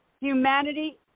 Humanity